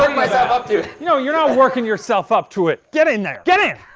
up to it. no, you're not working yourself up to it. get in there! get in!